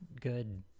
good